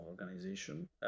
organization